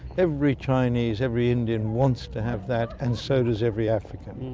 every chinese, every indian wants to have that and so does every african.